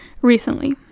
recently